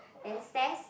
then stairs